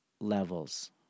levels